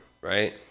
right